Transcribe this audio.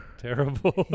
terrible